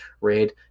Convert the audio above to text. Raid